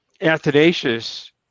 Athanasius